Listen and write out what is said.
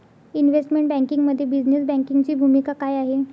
Investment बँकिंगमध्ये business बँकिंगची भूमिका काय आहे?